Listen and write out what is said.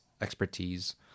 expertise